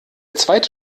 zweite